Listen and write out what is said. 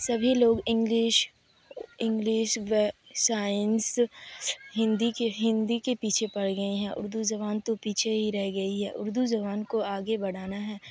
سبھی لوگ English English و سائنس ہندی کے ہندی کے پیچھے پڑ گئے ہیں اردو زبان تو پیچھے ہی رہ گئی ہے اردو زبان کو آگے بڑھانا ہے